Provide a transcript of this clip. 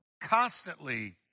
constantly